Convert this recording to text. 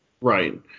right